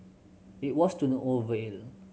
it was to no